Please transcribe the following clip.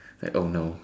I hope no